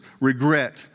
regret